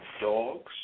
dogs